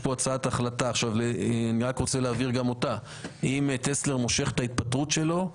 אם טסלר מושך את ההתפטרות שלו,